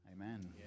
Amen